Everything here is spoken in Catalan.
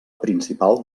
principal